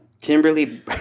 Kimberly